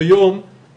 יש לנו בזום את